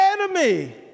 enemy